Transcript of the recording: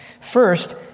First